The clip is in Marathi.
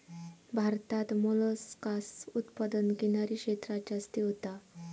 भारतात मोलस्कास उत्पादन किनारी क्षेत्रांत जास्ती होता